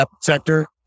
sector